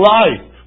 life